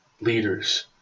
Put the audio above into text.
leaders